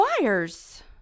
wires